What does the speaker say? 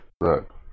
look